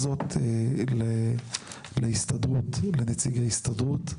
ובכלל לנציג ההסתדרות,